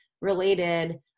related